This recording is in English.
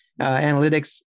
analytics